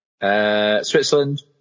Switzerland